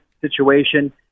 situation